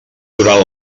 durant